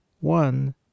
one